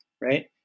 right